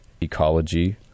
ecology